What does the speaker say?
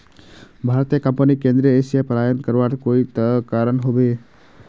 भारतीय कंपनीक केंद्रीय एशिया पलायन करवार कोई त कारण ह बे